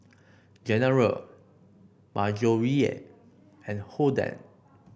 General Marjorie and Holden